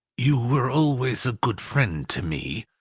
you were always a good friend to me,